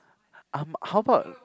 I'm how about